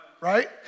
Right